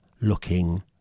looking